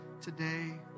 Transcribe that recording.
today